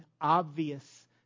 obvious